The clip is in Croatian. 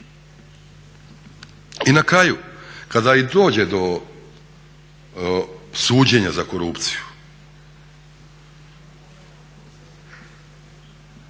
I na kraju kada i dođe do suđenja za korupciju